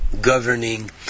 governing